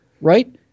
right